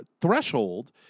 threshold